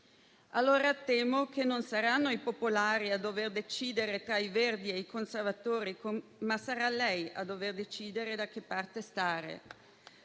Allora, temo che non saranno i popolari a dover decidere tra i verdi e i conservatori, ma sarà lei a dover decidere da che parte stare